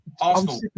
Arsenal